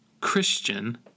Christian